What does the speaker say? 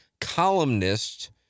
columnist